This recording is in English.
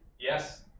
Yes